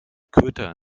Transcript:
köter